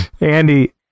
Andy